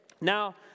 Now